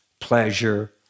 pleasure